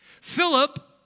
Philip